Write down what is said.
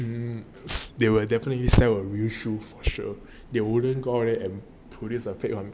they will definitely sell a new shoes for sure they will only bought it and not produced a fake one